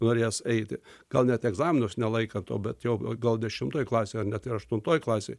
norės eiti gal net egzaminus nelaikat o bet jau gal dešimtoj klasėj ar net ir aštuntoj klasėj